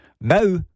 Now